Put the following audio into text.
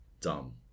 dumb